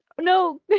No